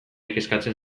kezkatzen